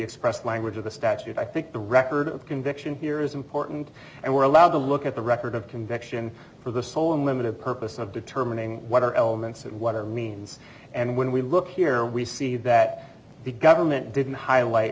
expressed language of the statute i think the record of conviction here is important and we're allowed to look at the record of conviction for the sole and limited purpose of determining what are elements that whatever means and when we look here we see that the government didn't highlight